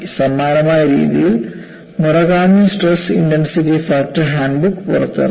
സമാനമായ രീതിയിൽ Murakami "stress intensity factor handbook" പുറത്തിറക്കി